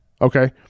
okay